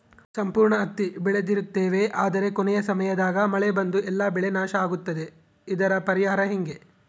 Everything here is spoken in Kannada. ಸಂಪೂರ್ಣ ಹತ್ತಿ ಬೆಳೆದಿರುತ್ತೇವೆ ಆದರೆ ಕೊನೆಯ ಸಮಯದಾಗ ಮಳೆ ಬಂದು ಎಲ್ಲಾ ಬೆಳೆ ನಾಶ ಆಗುತ್ತದೆ ಇದರ ಪರಿಹಾರ ಹೆಂಗೆ?